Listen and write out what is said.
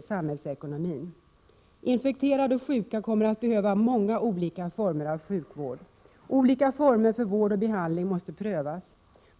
samhällsekonomin. Infekterade och sjuka kommer att behöva många olika former av sjukvård. Olika former för vård och behandling bör prövas.